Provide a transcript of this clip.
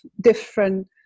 different